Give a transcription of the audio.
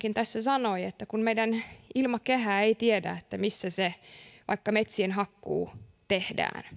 tässä sanoi että kun meidän ilmakehämme ei tiedä missä vaikkapa se metsien hakkuu tehdään